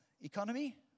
Economy